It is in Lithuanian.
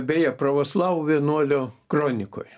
beje pravoslavų vienuolio kronikoj